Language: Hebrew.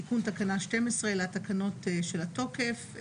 תיקון תקנה 12 לתקנות של התוקף.